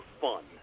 fun